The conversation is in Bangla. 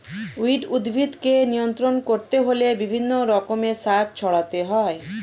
উইড উদ্ভিদকে নিয়ন্ত্রণ করতে হলে বিভিন্ন রকমের সার ছড়াতে হয়